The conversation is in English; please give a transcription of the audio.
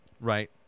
Right